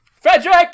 Frederick